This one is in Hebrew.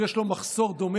שגם יש בו מחסור דומה,